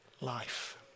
life